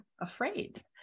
afraid